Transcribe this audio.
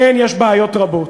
כן, יש בעיות רבות.